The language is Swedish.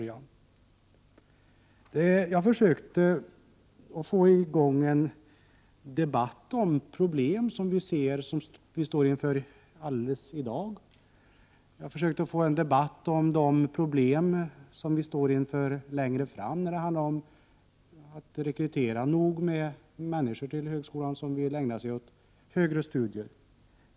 Jag försökte få i gång en debatt om problem som vi står inför i dag, och jag försökte få i gång en debatt om de problem som vi står inför längre fram, när det handlar om att till högskolan rekrytera tillräckligt många människor som vill ägna sig åt högre studier.